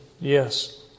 yes